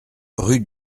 rue